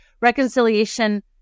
reconciliation